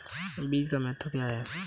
बीज का महत्व क्या है?